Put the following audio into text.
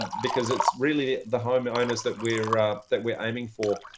because it's really the homeowners that we're ah that we're aiming for.